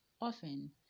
often